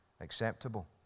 acceptable